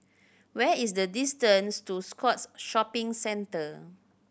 where is the distance to Scotts Shopping Centre